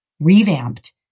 revamped